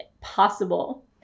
possible